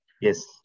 Yes